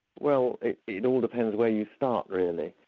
well it it all depends where you start, really.